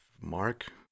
mark